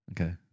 okay